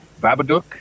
Babadook